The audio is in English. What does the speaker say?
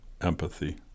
empathy